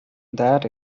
that